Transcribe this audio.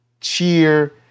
cheer